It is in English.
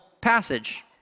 passage